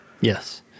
Yes